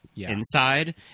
Inside